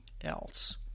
else